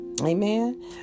Amen